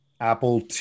apple